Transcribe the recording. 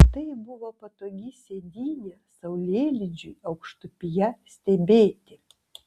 tai buvo patogi sėdynė saulėlydžiui aukštupyje stebėti